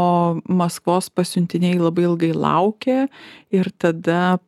o maskvos pasiuntiniai labai ilgai laukė ir tada